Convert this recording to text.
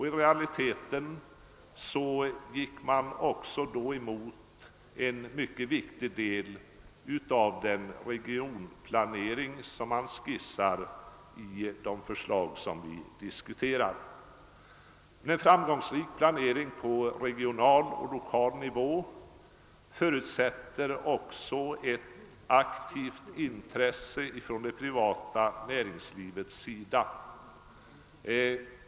I realiteten gick de därmed också emot en mycket viktig del av den regionplanering man skisserar i de förslag vi diskuterar. En framgångsrik planering på regional och lokal nivå förutsätter också ett aktivt intresse från det privata näringslivets sida.